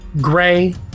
gray